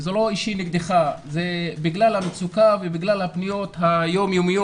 זה לא אישי נגדך אלא זה בגלל המצוקה ובגלל הפניות היום יומיות.